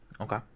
okay